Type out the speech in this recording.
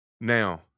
Now